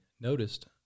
noticed